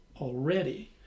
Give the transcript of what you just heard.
already